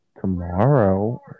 tomorrow